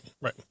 Right